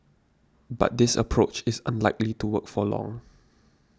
but this approach is unlikely to work for long